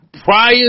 Prior